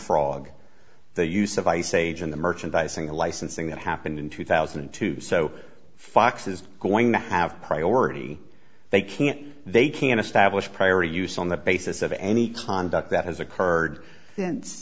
leapfrog the use of ice age in the merchandising licensing that happened in two thousand and two so fox is going to have priority they can't they can establish priority use on the basis of any contact that has occurred since